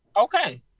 okay